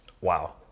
wow